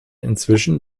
inzwischen